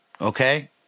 okay